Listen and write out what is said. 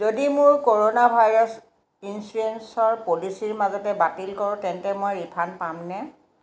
যদি মোৰ corona virus insurance পলিচীৰ মাজতে বাতিল কৰোঁ তেন্তে মই ৰিফাণ্ড পামনে